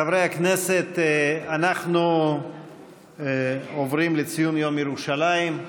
חברי הכנסת, אנחנו עוברים לציון יום ירושלים.